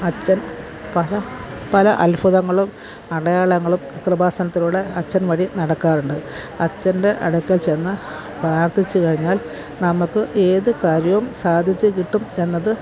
അച്ചൻ പല പല അദ്ഭുതങ്ങളും അടയാളങ്ങളും കൃപാസനത്തിലൂടെ അച്ചൻ വഴി നടക്കാറുണ്ട് അച്ചൻ്റെ അടുക്കൽ ചെന്ന് പ്രാർത്ഥിച്ചുകഴിഞ്ഞാൽ നമുക്ക് ഏത് കാര്യവും സാധിച്ചുകിട്ടും എന്നത്